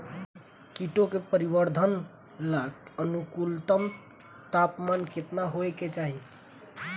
कीटो के परिवरर्धन ला अनुकूलतम तापमान केतना होए के चाही?